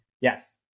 Yes